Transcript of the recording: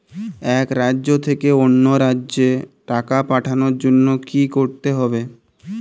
এক রাজ্য থেকে অন্য রাজ্যে টাকা পাঠানোর জন্য কী করতে হবে?